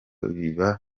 biba